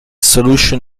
solution